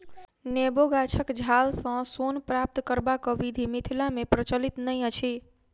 नेबो गाछक छालसँ सोन प्राप्त करबाक विधि मिथिला मे प्रचलित नै अछि